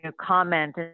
comment